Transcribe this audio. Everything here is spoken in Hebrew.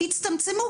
יצטמצמו,